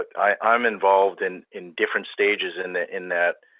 but i'm involved and in different stages in ah in that